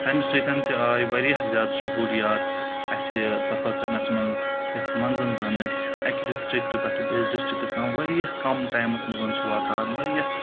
تمہِ سۭتۍ تہِ آیہِ واریاہ زیادٕ سہوٗلِیات اَسہِ سَفر کرنَس منٛز یَتھ منٛز زَن ٲسۍ اَکہِ ڈِسٹرکٹہٕ پؠٹھ بیٚیِس ڈِسٹرکَس تام واریاہ کَم ٹایِمَس منٛز چھِ واتان واریاہ